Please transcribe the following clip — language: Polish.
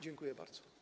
Dziękuję bardzo.